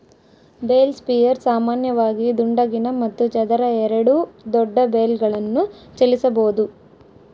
bale spears ಸಾಮಾನ್ಯವಾಗಿ ದುಂಡಗಿನ ಮತ್ತು ಚದರ ಎರಡೂ ದೊಡ್ಡ ಬೇಲ್ಗಳನ್ನು ಚಲಿಸಬೋದು